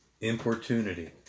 Importunity